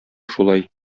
шулай